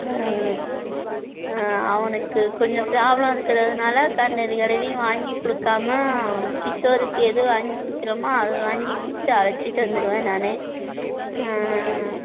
அவனுக்கு கொஞ்சம் ப்ராப்லம் இருக்கிறதுனால கண்டது கடயதையும் வாங்கிக் கொடுக்காம கிஷோருக்கு எது வாங்கி கொடுக்குறோமோ அதை வாங்கி கொடுத்து அழைச்சிட்டு வந்துருவேன் நான்